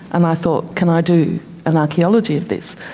and i thought can i do an archaeology of this?